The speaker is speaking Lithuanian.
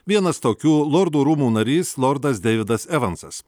vienas tokių lordų rūmų narys lordas deividas evansas